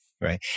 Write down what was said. Right